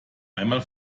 einmal